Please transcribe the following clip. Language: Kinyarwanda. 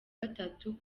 gatatu